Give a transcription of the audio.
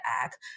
act